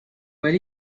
what